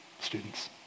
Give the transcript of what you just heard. students